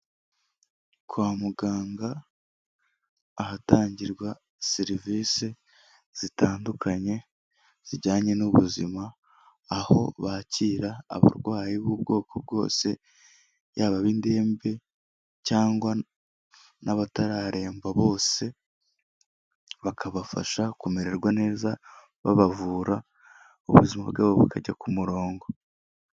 Kwa muganga ahatangirwa serivise zitandukanye, zijyanye n'ubuzima aho bakira abarwayi b'ubwoko bwose, yaba ab'indembe cyangwa n'abatarareremba, bose bakabafasha kumererwa neza babavura, ubuzima bwabo bukajya ku murongo.